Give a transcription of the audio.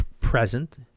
present